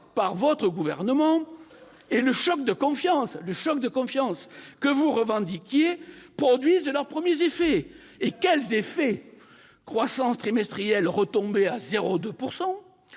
par votre gouvernement et le choc de confiance que vous revendiquiez produisent leurs premiers effets. Et quels effets ! Croissance trimestrielle retombée à 0,2